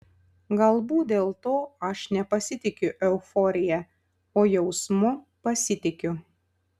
galbūt dėl to aš nepasitikiu euforija o jausmu pasitikiu